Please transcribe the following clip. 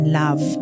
love